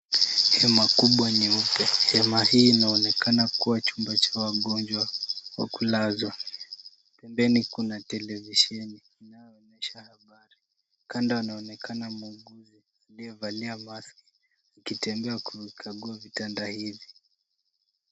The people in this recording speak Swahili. Hema kubwa nyeupe. Hema hii inaonekana kuwa chumba cha wagonjwa wa kulazwa. Pembeni kuna televisheni inayoonyesha habari, kando anaonekana muuguzi aliyevalia vazi akitemebea kukagua vitanda hivi.